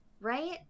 right